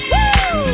Woo